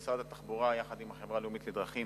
משרד התחבורה יחד עם החברה הלאומית לדרכים